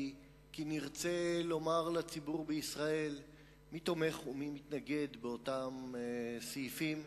כי נרצה לומר לציבור בישראל מי תומך ומי מתנגד באותם סעיפים,